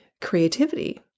creativity